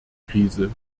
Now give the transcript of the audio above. krise